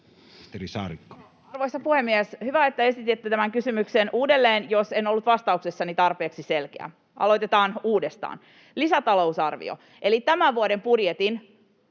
Arvoisa puhemies! Hyvä, että esititte tämän kysymyksen uudelleen, jos en ollut vastauksessani tarpeeksi selkeä. Aloitetaan uudestaan. Lisätalousarvio: Eli tämän vuoden budjetin